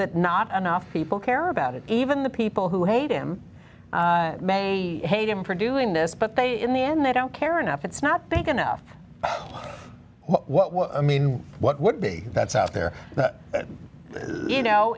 that not enough people care about it even the people who hate him may hate him for doing this but they in the end they don't care enough it's not big enough what was i mean what would be that's out there you know